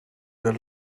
del